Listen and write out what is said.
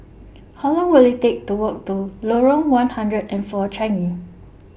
How Long Will IT Take to Walk to Lorong one hundred and four Changi